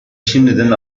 şimdiden